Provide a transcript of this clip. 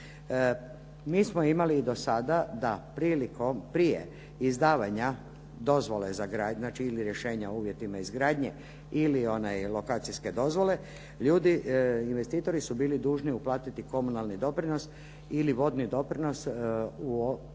mi smo imali i do sada da prije izdavanja dozvole za gradnju ili rješenja o uvjetima izgradnje ili lokacijske dozvole, ljudi, investitori su bili dužni uplatiti komunalni doprinos ili vodni doprinos tako